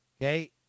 okay